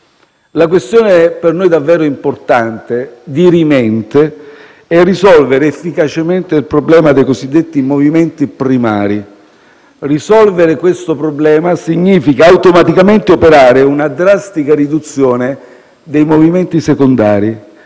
La questione per noi davvero importante, dirimente, è risolvere efficacemente il problema dei cosiddetti movimenti primari. Risolvere questo problema significa automaticamente operare una drastica riduzione dei movimenti secondari,